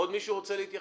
עוד מישהו רוצה להתייחס?